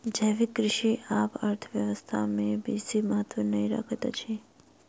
जैविक कृषि आब अर्थव्यवस्था में बेसी महत्त्व नै रखैत अछि